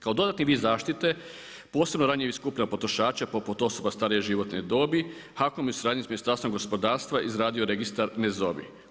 Kao dodatni vid zaštite posebno ranjivih skupina potrošača, poput osoba starije životne dobi, HAKOM je u suradnji sa Ministarstvom gospodarstva izradio Registar „Ne zovi“